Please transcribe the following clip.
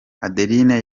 adeline